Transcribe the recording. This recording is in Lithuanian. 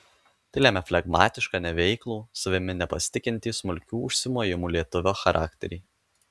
tai lėmė flegmatišką neveiklų savimi nepasitikintį smulkių užsimojimų lietuvio charakterį